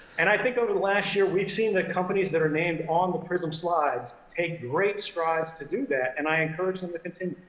and i think over the last year, we've seen the companies that are named on the prism slides take great strides to do that, and i encourage them to continue.